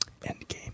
Endgame